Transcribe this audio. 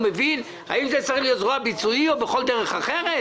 אם זו צריכה להיות זרוע ביצועית או כל דרך אחרת?